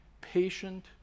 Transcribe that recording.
patient